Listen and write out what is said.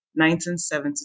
1972